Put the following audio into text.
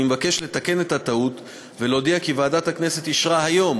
אני מבקש לתקן את הטעות ולהודיע כי ועדת הכנסת אישרה היום,